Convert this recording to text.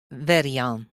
werjaan